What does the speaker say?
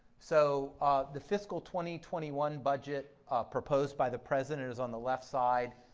so the fiscal twenty twenty one budget proposed by the president is on the left side,